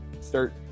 start